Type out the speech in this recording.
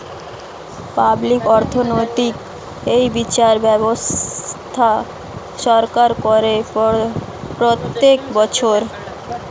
public অর্থনৈতিক এ বিচার ব্যবস্থা সরকার করে প্রত্যেক বছর